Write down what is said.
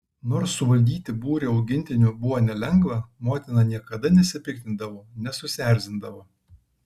nors suvaldyti būrį augintinių buvo nelengva motina niekada nesipiktindavo nesusierzindavo